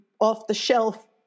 off-the-shelf